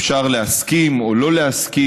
אפשר להסכים או לא להסכים,